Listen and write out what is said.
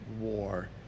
war